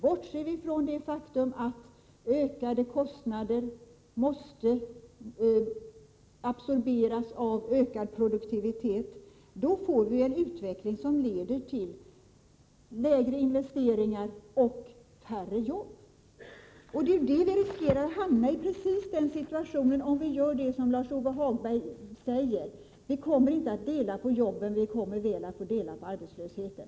Bortser vi från det faktum att ökade kostnader måste absorberas av ökad produktivitet, får vi en utveckling som leder till lägre investeringar och färre jobb. Det är precis den situationen vi riskerar att hamna i om vi gör som Lars-Ove Hagberg säger. Vi kommer inte att dela på jobben, vi kommer att få dela på arbetslösheten.